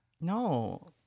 No